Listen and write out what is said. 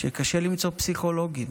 שקשה למצוא פסיכולוגים.